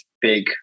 big